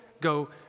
go